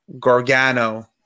Gargano